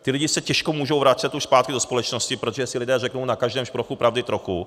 Ti lidé se těžko můžou vracet už zpátky do společnosti, protože si lidé řeknou, na každém šprochu pravdy trochu.